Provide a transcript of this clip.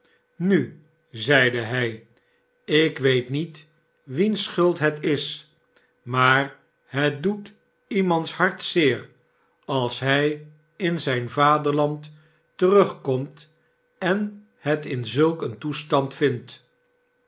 nu zeide hij ik weet niet wiens schuld het is maar het doet iemands hart zeer als hij in zijn vaderland terugkomt en het in zulk een toestand vindt